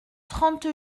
trente